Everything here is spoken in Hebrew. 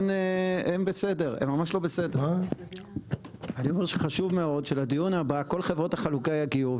חשוב מאוד שלדיון הבא כל חברות החלוקה יגיעו.